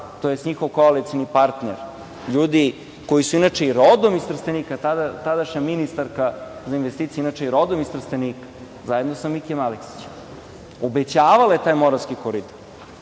tj. njihov koalicioni partner, ljudi koji su inače i rodom iz Trstenika. Tadašnja ministarka za investicije inače je i rodom iz Trstenika zajedno sa Aleksićem, obećavala je taj Moravski koridor